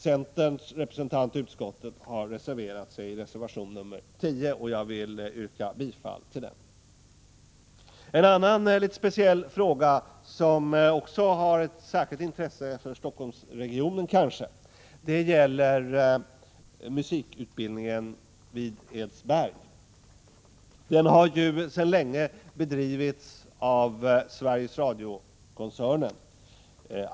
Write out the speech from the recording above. Centerns representant i utskottet har reserverat sig i reservation nr 10, och jag yrkar bifall till denna reservation. En annan litet speciell fråga som också har ett särskilt intresse för Stockholmsregionen gäller musikutbildningen vid Edsberg. Den har sedan länge bedrivits av Sveriges Radio-koncernen.